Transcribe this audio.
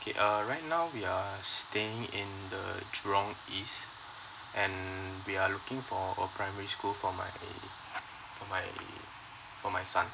okay uh right now we are staying in the jurong east and we are looking for a primary school for my for my for my son